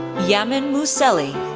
yamin mousselli,